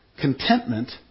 contentment